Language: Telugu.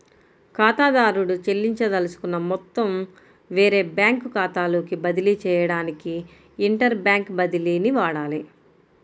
ఖాతాదారుడు చెల్లించదలుచుకున్న మొత్తం వేరే బ్యాంకు ఖాతాలోకి బదిలీ చేయడానికి ఇంటర్ బ్యాంక్ బదిలీని వాడాలి